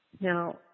Now